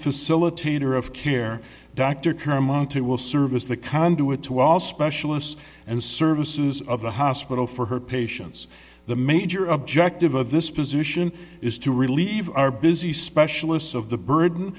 facilitator of care dr kermit will serve as the conduit to all specialists and services of the hospital for her patients the major objective of this position is to relieve our busy specialists of the burden